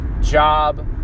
job